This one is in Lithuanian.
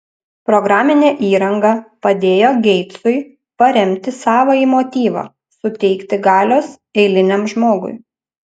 programinė įranga padėjo geitsui paremti savąjį motyvą suteikti galios eiliniam žmogui